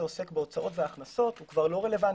שעוסק בהוצאות ובהכנסות כבר לא רלוונטי.